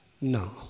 No